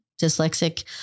dyslexic